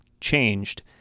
changed